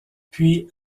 puis